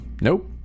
nope